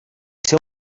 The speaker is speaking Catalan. ser